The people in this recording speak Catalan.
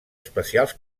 especials